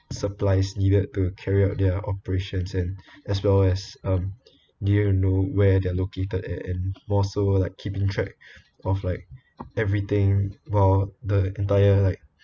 supplies needed to carry out their operations and as well as um ya know where they're located and and more so like keeping track of like everything while the entire like